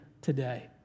today